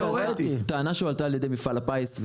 טענה שהועלתה על ידי מפעל הפיס,